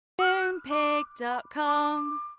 Moonpig.com